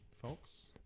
folks